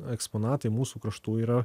eksponatai mūsų kraštų yra